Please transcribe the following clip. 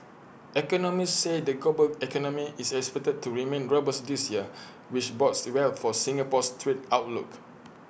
economists say the global economy is expected to remain robust this year which bodes well for Singapore's trade outlook